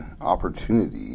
opportunity